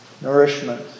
nourishment